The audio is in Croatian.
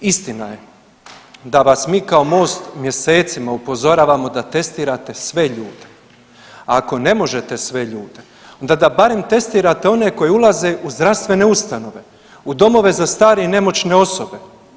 Istina je da vas mi kao Most mjesecima upozoravamo da testirate sve ljude, a ako ne možete sve ljude onda da barem testirate one koji ulaze u zdravstvene ustanove, u domove za starije i nemoćne osobe.